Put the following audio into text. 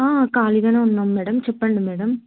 ఖాళీగానే ఉన్నాం మేడం చెప్పండి మేడం